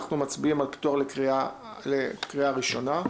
אנחנו מצביעים לפטור בקריאה ראשונה.